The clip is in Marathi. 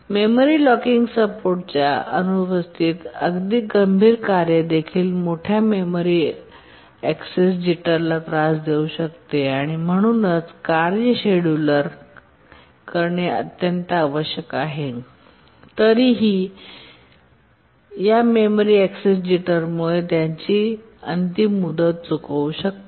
मेमरी लॉकिंग सपोर्ट ाच्या अनुपस्थितीत अगदी गंभीर कार्य देखील मोठ्या मेमरी एक्सेस जिटरला त्रास देऊ शकते आणि म्हणूनच कार्ये शेड्यूल करणे अत्यंत आवश्यक असले तरीही तरीही या मेमरी एक्सेस जिटरमुळे कार्ये त्यांची अंतिम मुदत चुकवू शकतात